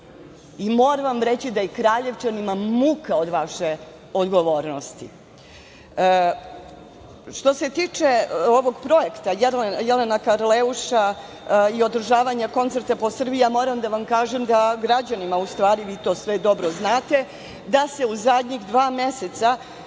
Moram vam reći da je Kraljevčanima muka od vaše odgovornosti. Što se tiče ovog projekta, Jelena Karleuša i održavanje koncerta po Srbiji, moram da vam kažem da građanima, u stvari vi to sve dobro znate, da se u zadnjih dva meseca